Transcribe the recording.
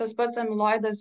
tas pats amiloidas